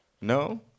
No